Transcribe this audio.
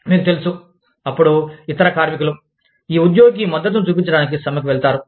మీకు తెలుసు అప్పుడు ఇతర కార్మికులు ఈ ఉద్యోగికి మద్దతును చూపించడానికి సమ్మెకు వెళతారు